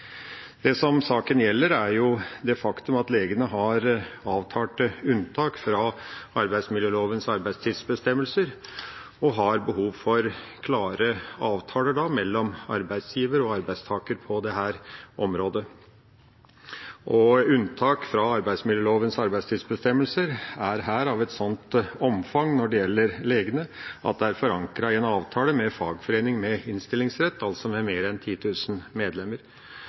saken gjelder, er det faktum at legene har avtalte unntak fra arbeidsmiljølovens arbeidstidsbestemmelser og har behov for klare avtaler mellom arbeidsgiver og arbeidstaker på dette området. Unntak fra arbeidsmiljølovens arbeidstidsbestemmelser er av et sånt omfang når det gjelder legene, at det er forankret i en avtale med fagforening med innstillingsrett, altså med mer enn 10 000 medlemmer.